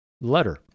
letter